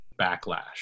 backlash